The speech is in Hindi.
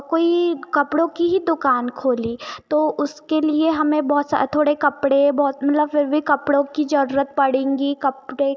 कोई कपड़ों की ही दुकान खोली तो उसके लिए हमें बहुत सा थोड़े कपड़े बहुत मतलब फिर भी कपड़ों की जरूरत पड़ेंगी कपड़े